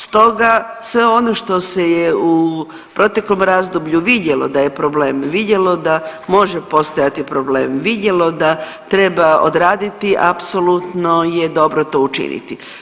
Stoga sve ono što se je u proteklom razdoblju vidjeli da je problem, vidjelo da može postojati problem, vidjelo da treba odraditi apsolutno je dobro to učiniti.